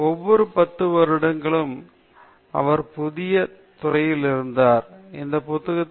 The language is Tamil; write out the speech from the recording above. ஒவ்வொரு பத்து வருடங்கள் அவர் ஒரு புதிய துறையில் பணிபுரிந்தார் ஒரு புத்தகத்தை எழுதினார் களத்தை கைப்பற்றினார் பின்னர் பரவாயில்லை